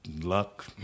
luck